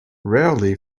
rarely